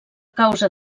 causa